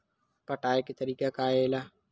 पटाय के तरीका का हे एला?